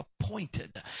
appointed